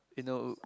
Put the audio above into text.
you know